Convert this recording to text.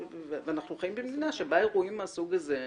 ואנחנו חיים במדינה שבה אירועים מהסוג הזה,